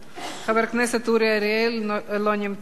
חבר הכנסת אורי אריאל, לא נמצא.